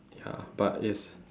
ya but it's